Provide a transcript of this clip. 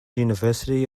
university